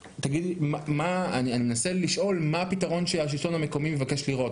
אני מנסה לשאול מה הפתרון שהשלטון המקומי מבקש לראות,